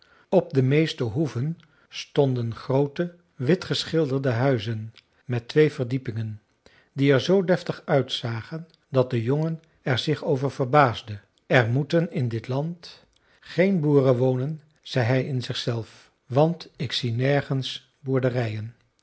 op de meeste hoeven stonden groote witgeschilderde huizen met twee verdiepingen die er zoo deftig uitzagen dat de jongen er zich over verbaasde er moeten in dit land geen boeren wonen zei hij in zichzelf want ik zie nergens boerderijen